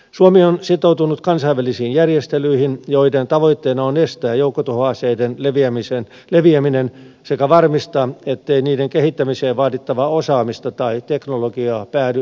suomi on sitoutunut kansainvälisiin järjestelyihin joiden tavoitteena on estää joukkotuhoaseiden leviäminen sekä varmistaa ettei niiden kehittämiseen vaadittavaa osaamista tai teknologiaa päädy vääriin käsiin